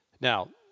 now